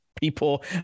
people